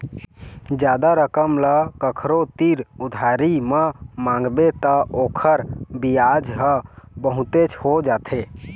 जादा रकम ल कखरो तीर उधारी म मांगबे त ओखर बियाज ह बहुतेच हो जाथे